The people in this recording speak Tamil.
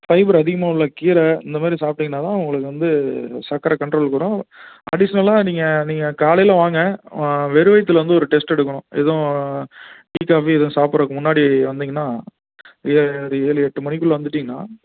ஃபைபர் அதிகமாக உள்ள கீரை இந்தமாரி சாப்பிட்டீங்கன்னா தான் உங்களுக்கு வந்து சர்க்கர கண்ட்ரோலுக்கு வரும் அடிஷ்னலாக நீங்கள் நீங்கள் காலையில் வாங்க வெறும் வயிற்றுல வந்து ஒரு டெஸ்ட் எடுக்கணும் எதுவும் டீ காஃபி எதுவும் சாப்பிட்றதுக்கு முன்னாடி வந்திங்கன்னால் ஏ ஒரு ஏழு எட்டு மணிக்குள்ளே வந்துவிட்டிங்கன்னா